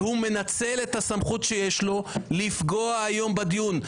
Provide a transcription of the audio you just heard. והוא מנצל את הסמכות שיש לו, לפגוע היום בדיון.